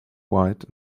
white